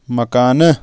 مکانہٕ